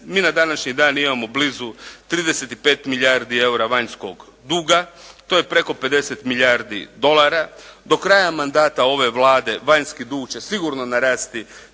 mi na današnji dan imamo blizu 35 milijardi eura vanjskog duga, to je preko 50 milijardi dolara. Do kraja mandata ove Vlade vanjski dug će sigurno narasti